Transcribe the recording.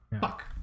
Fuck